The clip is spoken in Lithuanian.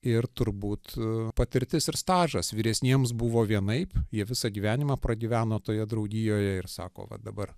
ir turbūt patirtis ir stažas vyresniems buvo vienaip jie visą gyvenimą pragyveno toje draugijoje ir sako va dabar